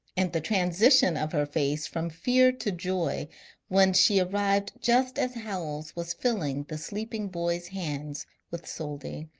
and the transition of her face from fear to joy when she arrived just as howells was filling the sleeping boy's hands with soldi.